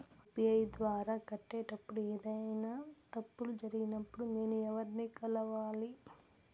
UPI ద్వారా కట్టేటప్పుడు ఏదైనా తప్పులు జరిగినప్పుడు నేను ఎవర్ని కలవాలి?